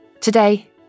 today